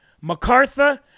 MacArthur